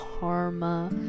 karma